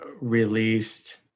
released